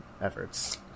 efforts